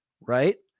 right